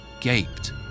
gaped